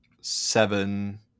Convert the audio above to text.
seven